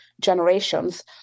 generations